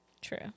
True